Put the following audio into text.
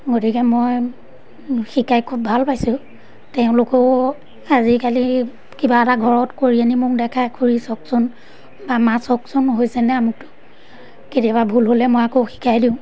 গতিকে মই শিকাই খুব ভাল পাইছোঁ তেওঁলোকেও আজিকালি কিবা এটা ঘৰত কৰি আনি মোক দেখাই খুৰী চাওকচোন বা মা চাওকচোন হৈছেনে আমুকটো কেতিয়াবা ভুল হ'লে মই আকৌ শিকাই দিওঁ